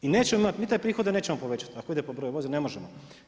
I nećemo imati ni te prihode nećemo povećati ako idemo po broju vozila, ne možemo.